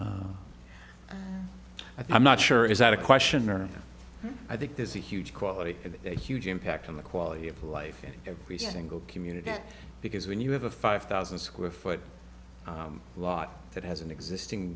think i'm not sure it is not a question or i think there's a huge quality and a huge impact on the quality of life in every single community because when you have a five thousand square foot lot that has an existing